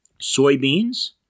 soybeans